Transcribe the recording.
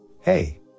Hey